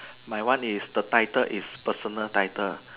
my one is the title is personal title